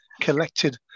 collected